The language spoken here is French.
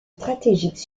stratégiques